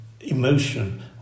emotion